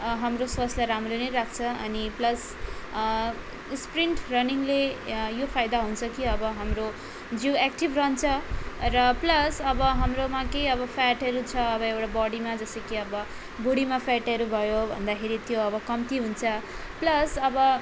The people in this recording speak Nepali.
हाम्रो स्वास्थ्यलाई राम्रो नै राख्छ अनि प्लस स्प्रिन्ट रनिङले यो फाइदा हुन्छ कि अब हाम्रो जिउ एक्टिभ रहन्छ र प्लस अब हाम्रोमा केही अब फ्याटहरू छ अब एउटा बोडीमा जस्तै कि अब भुडीमा फ्याटहरू भयो भन्दाखेरि त्यो अब कम्ती हुन्छ प्लस अब